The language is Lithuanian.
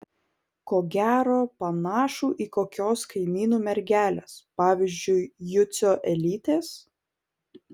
ko gero panašų į kokios kaimynų mergelės pavyzdžiui jucio elytės